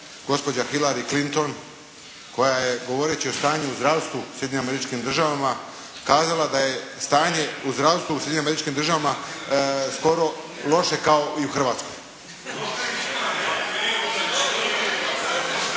gospođa Hillary Clinton koja je govoreći o stanju u zdravstvu u Sjedinjenim Američkim Državama kazala da je stanje u zdravstvu u Sjedinjenim Američkim Državama skoro loše kao i u Hrvatskoj.